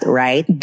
right